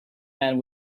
man